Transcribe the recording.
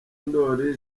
ndori